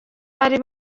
bari